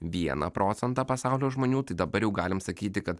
vieną procentą pasaulio žmonių tai dabar jau galim sakyti kad